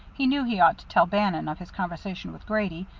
he knew he ought to tell bannon of his conversation with grady,